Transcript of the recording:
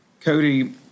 cody